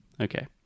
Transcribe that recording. Okay